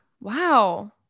wow